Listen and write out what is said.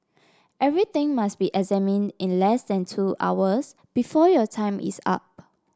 everything must be examined in less than two hours before your time is up